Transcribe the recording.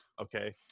Okay